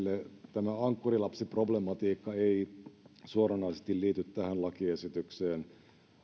tämä ankkurilapsiproblematiikka ei suoranaisesti liity tähän lakiesitykseen